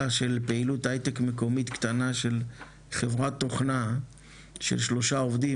של פעילות הייטק מקומית קטנה של חברת תוכנה של 3 עובדים,